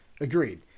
Agreed